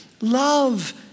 love